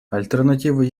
альтернативы